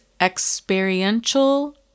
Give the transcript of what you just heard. experiential